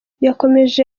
yakomeje